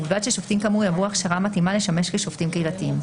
ובלבד ששופטים כאמור יעברו הכשרה מתאימה לשמש כשופטים קהילתיים.